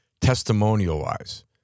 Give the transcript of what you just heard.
testimonial-wise